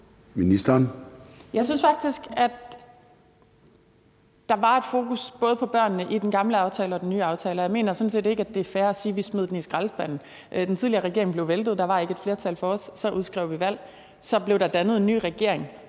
Jeg synes faktisk, at der var et fokus på børnene i både den gamle aftale og den nye aftale, og jeg mener sådan set ikke, det er fair at sige, at vi smed den i skraldespanden. Den tidligere regering blev væltet, der var ikke et flertal for os, så vi udskrev valg, og så blev der dannet en ny regering.